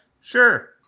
sure